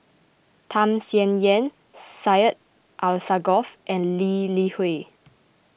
Tham Sien Yen Syed Alsagoff and Lee Li Hui